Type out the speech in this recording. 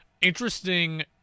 interesting